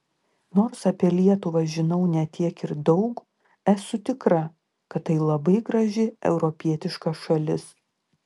nors apie lietuvą žinau ne tiek ir daug esu tikra kad tai labai graži europietiška šalis